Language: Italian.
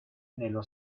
nello